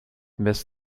missed